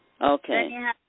Okay